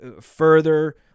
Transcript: further